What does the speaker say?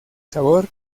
sabor